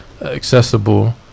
accessible